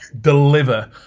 deliver